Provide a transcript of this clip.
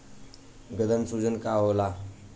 गदन के सूजन का होला?